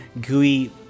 gooey